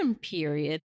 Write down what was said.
period